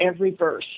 Everyverse